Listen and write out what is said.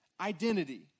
identity